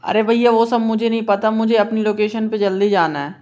अरे भैया वो सब मुझे नहीं पता मुझे अपनी लोकेशन पर जल्दी जाना है